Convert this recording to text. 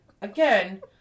Again